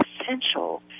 essential